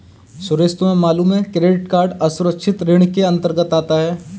सुरेश तुम्हें मालूम है क्रेडिट कार्ड असुरक्षित ऋण के अंतर्गत आता है